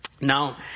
Now